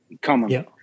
common